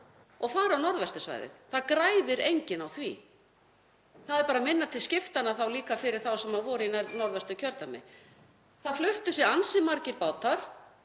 og fari á norðvestursvæðið. Það græðir enginn á því. Það er þá bara minna til skiptanna fyrir þá sem voru í Norðvesturkjördæmi. Það fluttu sig ansi margir bátar